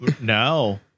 No